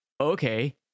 okay